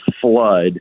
flood